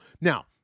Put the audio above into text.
Now